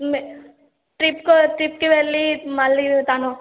trip ట్రిప్కి వెళ్ళి మళ్ళీ తను